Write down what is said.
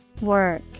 Work